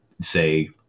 say